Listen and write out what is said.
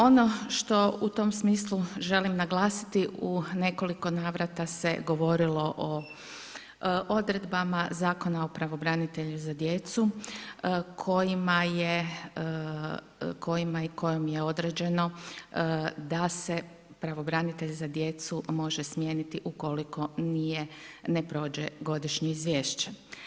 Ono što u tom smislu želim naglasiti u nekoliko navrata se govorilo o odredbama zakona o pravobranitelju za djecu, kojima je i kojom je određeno da se pravobranitelj za djecu može smijeniti ukoliko ne prođe godišnje izvješće.